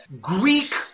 Greek